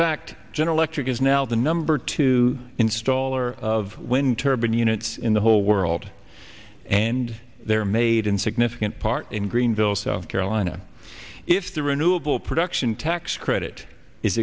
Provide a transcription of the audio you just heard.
fact general electric is now the number two installer of wind turbine units in the whole world and they're made in significant part in greenville south carolina if the renewable production tax credit is